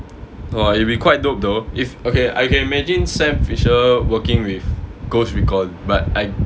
!wah! it'll be quite dope though if okay I can imagine sam fisher working with ghost recon but I